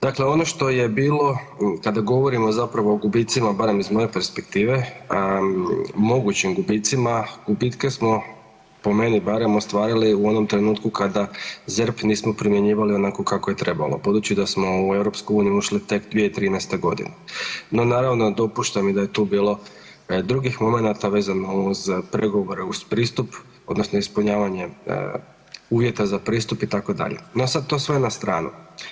Dakle, ono što je bilo kada govorimo zapravo o gubicima barem iz moje perspektive, mogućim gubicima gubitke smo po meni barem ostvarili u onom trenutku kada ZERP nismo primjenjivali onako kako je trebalo, budući da smo u EU ušli tek 2013.g. No naravno dopušta mi da je tu bilo drugih momenata vezano uz pregovore uz pristup odnosno ispunjavanje uvjeta za pristup itd., no sada to sve na stranu.